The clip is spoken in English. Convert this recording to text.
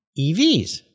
evs